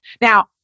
Now